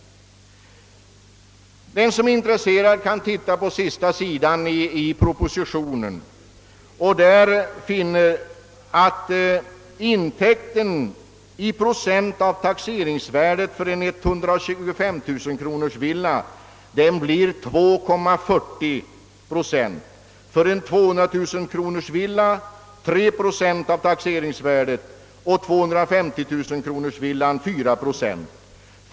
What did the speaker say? Den som är intresserad kan titta på sista sidan i propositionen och där finna att intäkten, beräknad i procent av taxeringsvärdet, för en 125 000 kronors villa blir 2,4 procent, för en 200 000 kronors villa 3 procent och för en 250 000 kronors villa 4 procent.